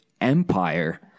empire